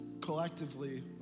collectively